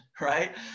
Right